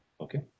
okay